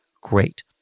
great